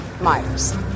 Myers